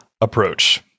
approach